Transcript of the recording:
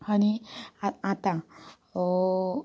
हानी आ आतां